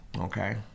Okay